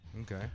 Okay